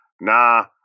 nah